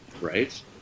right